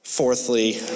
Fourthly